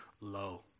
low